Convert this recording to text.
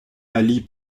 allie